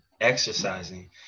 exercising